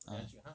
ah